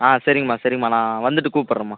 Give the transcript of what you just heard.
ஆ சரிங்கம்மா சரிங்கம்மா நான் வந்துவிட்டு கூப்பிட்றேன்மா